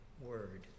Word